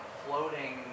floating